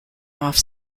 off